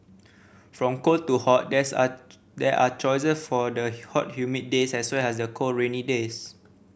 from cold to hot there's are there are choices for the hot humid days as well as the cold rainy days